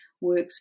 works